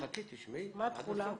מה התחולה?